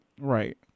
Right